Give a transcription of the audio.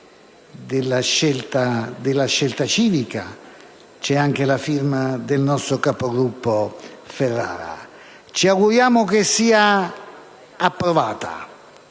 e sulla quale c'è anche la firma del nostro capogruppo Ferrara. Ci auguriamo che sia approvata.